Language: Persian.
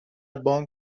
بانک